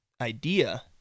idea